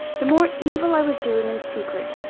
the more evil i was doing in secret,